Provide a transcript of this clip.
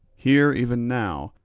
here even now,